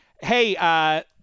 hey